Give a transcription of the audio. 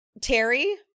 Terry